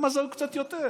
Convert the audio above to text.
אז הם היו קצת יותר,